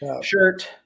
shirt